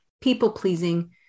people-pleasing